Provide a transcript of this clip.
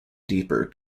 deeper